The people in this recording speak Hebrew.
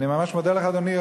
אני ממש מודה לך, אדוני.